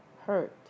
hurt